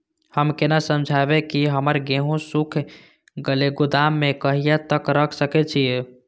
हम केना समझबे की हमर गेहूं सुख गले गोदाम में कहिया तक रख सके छिये?